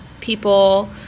people